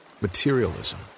materialism